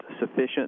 sufficient